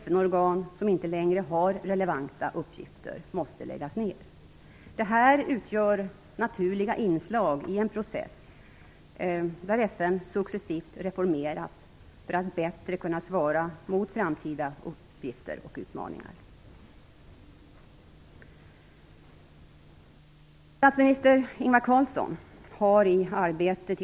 FN-organ som inte längre har relevanta uppgifter måste läggas ned. Det här utgör naturliga inslag i en process där FN successivt reformeras för att bättre kunna svara mot framtida uppgifter och utmaningar.